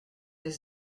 est